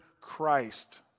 Christ